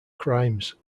crimes